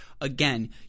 Again